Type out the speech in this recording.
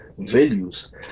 values